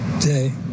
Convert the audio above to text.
day